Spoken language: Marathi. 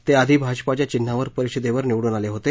ते आधी भाजपाच्या चिन्हावर परिषदेवर निवडून आले होते